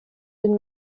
den